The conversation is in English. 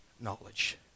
knowledge